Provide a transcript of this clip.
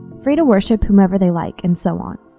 free to worship whomever they like and so on.